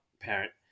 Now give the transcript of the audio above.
parent